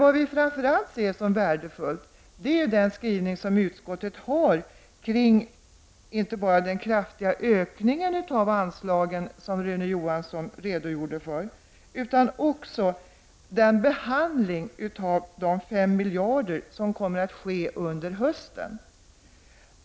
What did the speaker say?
Vad vi framför allt ser som värdefullt är den skrivning utskottet har inte bara om den kraftiga ökningen av anslagen som Rune Johansson redogjorde för, utan även om behandlingen av de fem miljarderna, som kommer att ske under hösten.